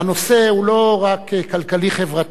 והנושא הוא לא רק כלכלי-חברתי,